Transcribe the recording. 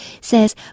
says